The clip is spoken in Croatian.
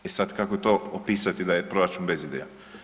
E sad kako to opisati da je proračun bez ideja.